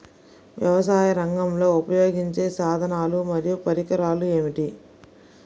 వ్యవసాయరంగంలో ఉపయోగించే సాధనాలు మరియు పరికరాలు ఏమిటీ?